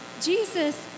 Jesus